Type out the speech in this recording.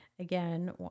again